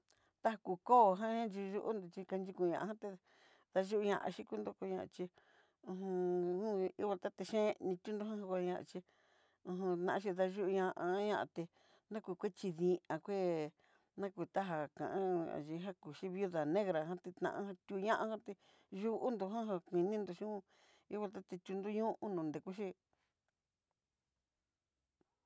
Daku koo ján yuyi'o ondó kaxhiki ku ña'a ján, té dayuñaxí ku dakón ña chí uju ihó nataté cheén, nituño njadaxí ujun naxhí dayu'u ñá ñaté, nakukoxhí dii é nakujantá ka o'on yikaxhí viudá negra ján tiján tuñatí yu'u ondó taja kuiin naniyun ivantaté nrekuxhí.